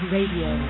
Radio